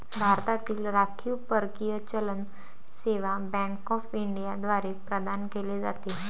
भारतातील राखीव परकीय चलन सेवा बँक ऑफ इंडिया द्वारे प्रदान केले जाते